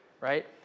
right